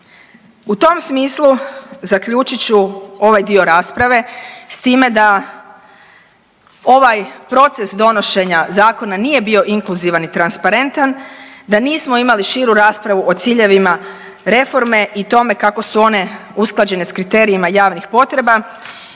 U tom smislu zaključit ću ovaj dio rasprave s time da ovaj proces donošenja zakona nije bio inkluzivan i transparentan, da nismo imali širu raspravu o ciljevima reforme i tome kako su one usklađene sa kriterijima javnih potreba